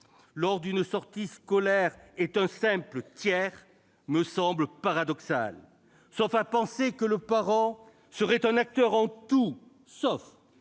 une sortie scolaire comme un simple tiers me paraît paradoxal. Sauf à penser que le parent serait un acteur en tout, sauf